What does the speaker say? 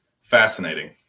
fascinating